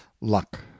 luck